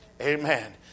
Amen